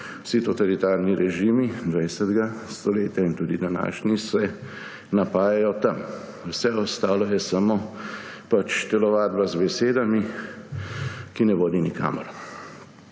vsi totalitarni režimi 20. stoletja in tudi današnji se napajajo tam. Vse ostalo je samo telovadba z besedami, ki ne vodi nikamor.